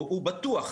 הוא בטוח.